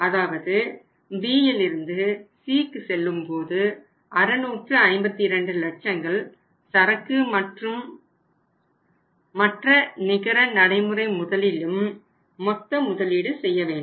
அதாவது Bயிலிருந்து Cக்கு செல்லும்போது 652 லட்சங்கள் சரக்கு மற்றும் மற்ற நிகர நடைமுறை முதலிலும் மொத்த முதலீடு செய்யவேண்டும்